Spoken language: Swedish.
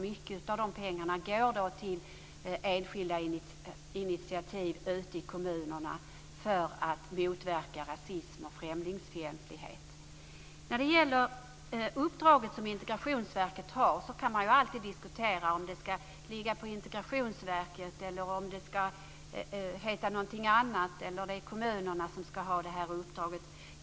Mycket av de pengarna går till enskilda initiativ ute i kommunerna för att motverka rasism och främlingsfientlighet. Man kan alltid diskutera om Integrationsverkets uppdrag ska ligga på Integrationsverket eller på något annat organ eller om det är kommunerna som ska ha uppdraget.